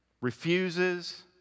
refuses